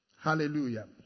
Hallelujah